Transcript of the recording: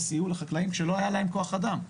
וסייעו לחקלאים כשלא היה להם כוח אדם.